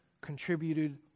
contributed